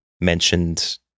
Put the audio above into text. mentioned